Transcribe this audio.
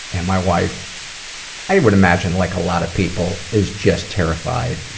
and my wife i would imagine, like a lot of people is just terrified.